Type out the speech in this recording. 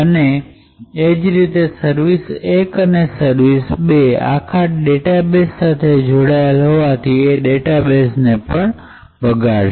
અને એ જ રીતે સર્વિસ વન અને સર્વિસ બે આખા ડેટાબેઝ સાથે જોડાયેલ હોવાથી એ ડેટાબેઝ ને પણ બગાડશે